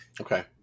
Okay